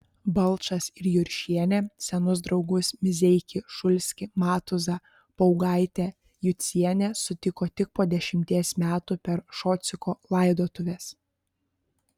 balčas ir juršienė senus draugus mizeikį šulskį matuzą paugaitę jucienę sutiko tik po dešimties metų per šociko laidotuves